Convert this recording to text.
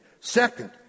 Second